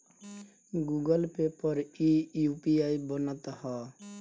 Google Pay पर इ UPI बनत हअ